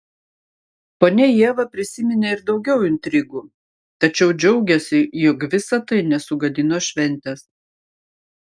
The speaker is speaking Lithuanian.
ponia ieva prisiminė ir daugiau intrigų tačiau džiaugėsi jog visa tai nesugadino šventės